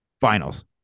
Finals